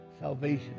salvation